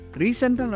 recent